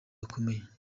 bakomeye